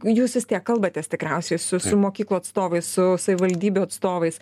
jūs vis tiek kalbatės tikriausiai su mokyklų atstovais su savivaldybių atstovais